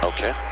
Okay